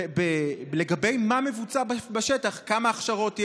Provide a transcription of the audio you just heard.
לגבי מה מבוצע בשטח: כמה הכשרות יש?